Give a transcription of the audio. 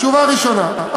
תשובה ראשונה.